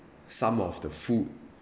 some of the food